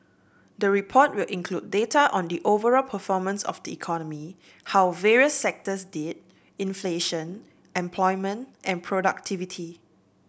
the report will include data on the overall performance of the economy how various sectors did inflation employment and productivity